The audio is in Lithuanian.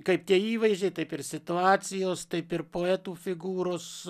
kaip tie įvaizdžiai taip ir situacijos taip ir poetų figūros